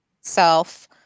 self